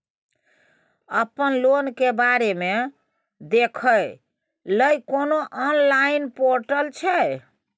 अपन लोन के बारे मे देखै लय कोनो ऑनलाइन र्पोटल छै?